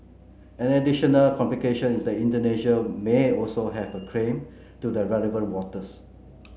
an additional complication is that Indonesia may also have a claim to the relevant waters